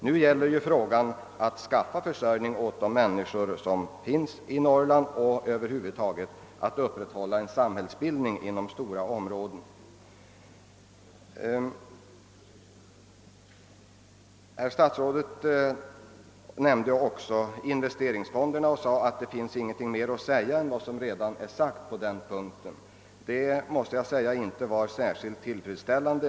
Nu gäller det att skaffa försörjning åt de människor som bor i Norrland och över huvud taget upprätthålla en samhällsbildning inom stora områden. Herr statsrådet sade att det inte finns mer att säga om investeringsfonderna än vad som redan är sagt på den punkten. Det tycker jag inte är särskilt tillfredsställande.